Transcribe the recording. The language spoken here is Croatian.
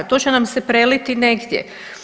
To će nam se preliti negdje.